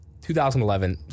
2011